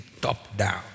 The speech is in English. top-down